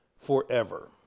forever